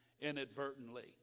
inadvertently